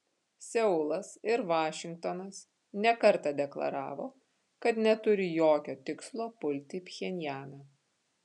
seulas ir vašingtonas ne kartą deklaravo kad neturi jokio tikslo pulti pchenjaną